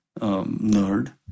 nerd